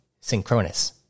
Synchronous